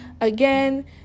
Again